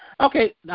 Okay